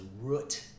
root